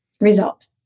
result